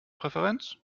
präferenz